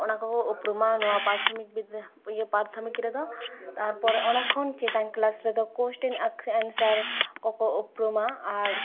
ᱚᱱᱟ ᱠᱚᱠᱚ ᱩᱯᱨᱩᱢᱟ ᱱᱚᱣᱟ ᱯᱟᱨᱛᱷᱚᱢᱤᱠ ᱤᱭᱟᱹ ᱯᱟᱨᱛᱷᱚᱢᱤᱠ ᱨᱮᱫᱚ ᱛᱟᱨᱯᱚᱨᱮ ᱚᱱᱟᱠᱷᱚᱱ ᱪᱮᱛᱟᱱ ᱠᱞᱟᱥ ᱨᱮᱫᱚ ᱠᱳᱥᱪᱮᱱ ᱮᱱᱥᱟᱨ ᱠᱚᱠᱚ ᱩᱯᱨᱩᱢᱟ ᱟᱨ